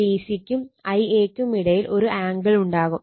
Vbc ക്കും Ia ക്കും ഇടയിൽ ഒരു ആംഗിൾ ഉണ്ടാകും